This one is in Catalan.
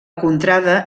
contrada